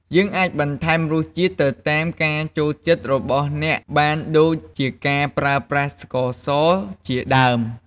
យើងអាចបន្ថែមរសជាតិទៅតាមការចូលចិត្តរបស់អ្នកបានដូចជាការប្រើប្រាស់ស្កសរជាដើម។